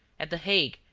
at the hague,